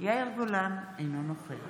יאיר גולן, אינו נוכח